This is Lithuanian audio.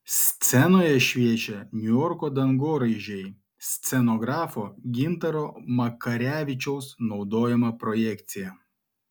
scenoje šviečia niujorko dangoraižiai scenografo gintaro makarevičiaus naudojama projekcija